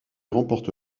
remporte